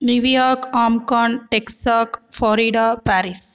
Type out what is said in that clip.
நிவியாக் ஆம்கான் Texas Florida Paris